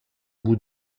bout